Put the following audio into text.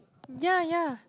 ya ya